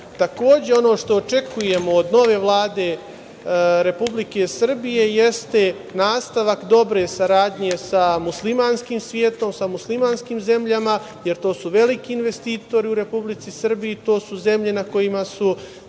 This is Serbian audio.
radimo. Takođe, ono što očekujemo od nove Vlade Republike Srbije jeste nastavak dobre saradnje sa muslimanskim svetom, sa muslimanskim zemljama, jer to su veliki investitori u Republici Srbiji. To su zemlje na kojima su